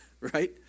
right